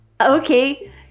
Okay